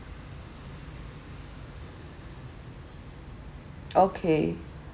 okay